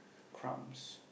crumbs